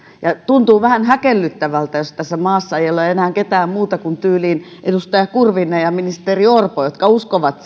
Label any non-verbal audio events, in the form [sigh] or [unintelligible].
tuntuu vähän häkellyttävältä jos tässä maassa ei ole enää ketään muuta kuin tyyliin edustaja kurvinen ja ministeri orpo jotka uskovat [unintelligible]